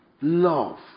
love